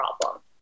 problem